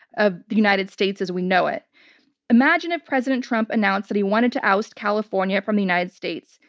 ah the united states as we know it imagine if president trump announced that he wanted to oust california from the united states.